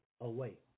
away